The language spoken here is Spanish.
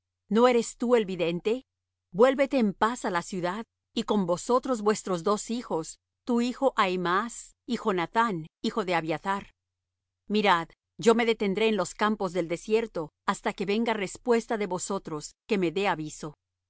no eres tú el vidente vuélvete en paz á la ciudad y con vosotros vuestros dos hijos tu hijo ahimaas y jonathán hijo de abiathar mirad yo me detendré en los campos del desierto hasta que venga respuesta de vosotros que me dé aviso